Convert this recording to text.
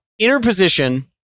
Interposition